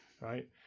right